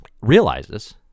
realizes